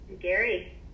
Gary